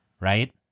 Right